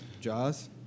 Jaws